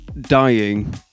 dying